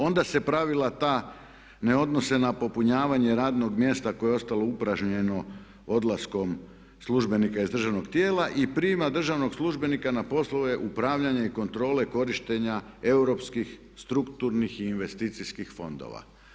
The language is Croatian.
Onda se pravila ta ne odnose na popunjavanje radnog mjesta koje je ostalo upražnjeno odlaskom službenika iz državnog tijela i prijma državnog službenika na poslove upravljanja i kontrole korištenja europskih, strukturnih i investicijskih fondova.